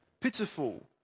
pitiful